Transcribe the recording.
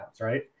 right